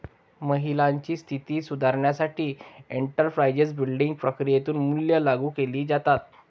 महिलांची स्थिती सुधारण्यासाठी एंटरप्राइझ बिल्डिंग प्रक्रियेतून मूल्ये लागू केली जातात